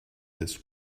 this